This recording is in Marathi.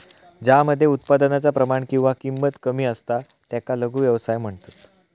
ज्या मध्ये उत्पादनाचा प्रमाण किंवा किंमत कमी असता त्याका लघु व्यवसाय म्हणतत